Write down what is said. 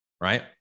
right